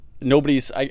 nobody's